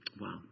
Wow